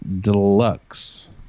deluxe